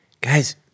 Guys